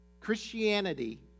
Christianity